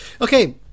okay